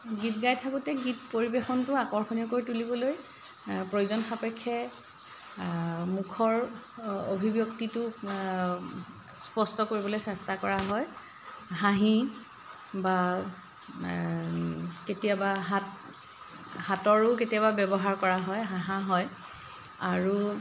গীত গাই থাকোঁতে গীত পৰিৱেশনটো আকৰ্ষণীয় কৰি তুলিবলৈ প্ৰয়োজন সাপেক্ষে মুখৰ অভিব্যক্তিটো স্পষ্ট কৰিবলৈ চেষ্টা কৰা হয় হাঁহি বা কেতিয়াবা হাত হাতৰো কেতিয়াবা ব্যৱহাৰ কৰা হয় হঁহা হয় আৰু